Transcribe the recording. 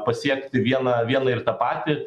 pasiekti vieną vieną ir tą patį